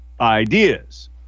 ideas